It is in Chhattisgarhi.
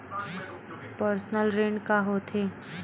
पर्सनल ऋण का होथे?